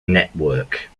network